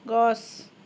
গছ